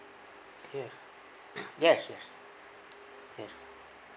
yes yes yes yes